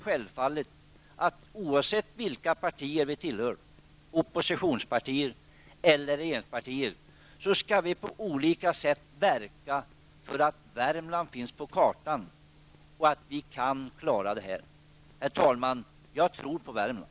Självfallet måste alla, oavsett om det rör sig om oppositionspartier eller regeringsparti, verka för att Värmland skall klara sig och bli kvar på kartan. Herr talman! Jag tror på Värmland!